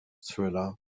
thriller